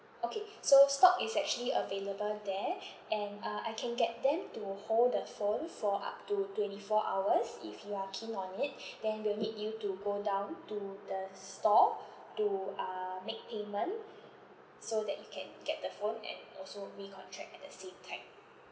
okay so stock is actually available there and uh I can get them to hold the phone for up to twenty four hours if you are keen on it then we'll need you to go down to the store to uh make payment so that you can get the phone and also recontract at the same time